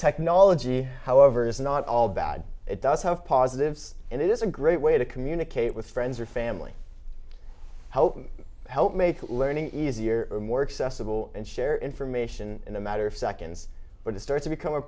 technology however is not all bad it does have positives and it is a great way to communicate with friends or family how to help make learning easier and more accessible and share information in a matter of seconds but it starts to become a